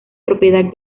propiedad